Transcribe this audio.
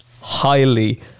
highly